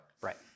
Right